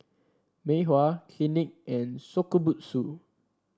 Mei Hua Clinique and Shokubutsu